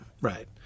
Right